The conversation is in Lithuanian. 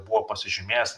buvo pasižymėjęs